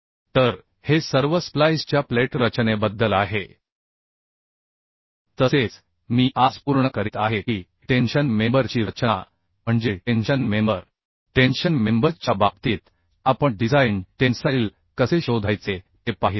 तर हे सर्व स्प्लाइसच्या प्लेट रचनेबद्दल आहे तसेच मी आज पूर्ण करीत आहे की टेन्शन मेंबर ची रचना म्हणजे टेन्शन मेंबर टेन्शन मेंबर च्या बाबतीत आपण डिझाइन टेन्साइल कसे शोधायचे ते पाहिले आहे